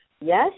Yes